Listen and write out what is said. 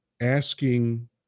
asking